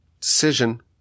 decision